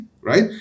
right